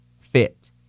fit